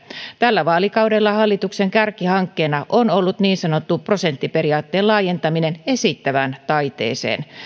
tällä vaalikaudella hallituksen kärkihankkeena on ollut niin sanotun prosenttiperiaatteen laajentaminen esittävään taiteeseen